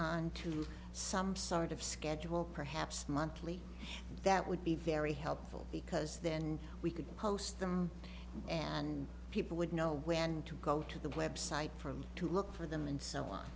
on to some sort of schedule perhaps monthly that would be very helpful because then we could post them and people would know when to go to the website for me to look for them and so on